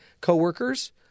coworkers